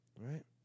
Right